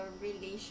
relationship